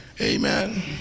Amen